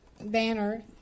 banner